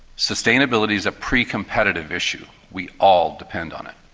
sustainability is a pretty competitive issue, we all depend on it.